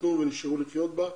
התחתנו ונשארו לחיות בה.